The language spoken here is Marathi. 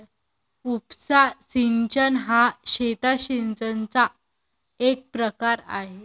उपसा सिंचन हा शेतात सिंचनाचा एक प्रकार आहे